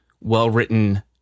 well-written